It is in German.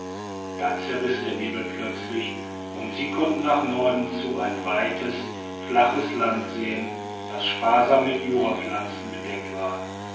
da zerriß der nebel plötzlich und sie konnten nach norden zu ein weites flaches land sehen das sparsam mit jurapflanzen bedeckt war